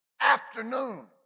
afternoon